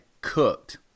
cooked